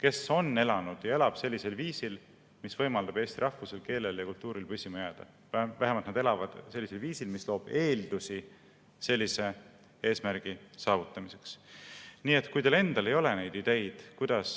kes on elanud ja elab sellisel viisil, mis võimaldab eesti rahvusel, keelel ja kultuuril püsima jääda. Vähemalt nad elavad sellisel viisil, mis loob eeldusi sellise eesmärgi saavutamiseks. Nii et kui teil endal ei ole neid ideid, kuidas